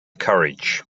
courage